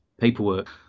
Paperwork